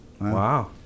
Wow